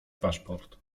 paszport